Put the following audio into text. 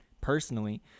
personally